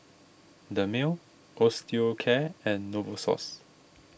Dermale Osteocare and Novosource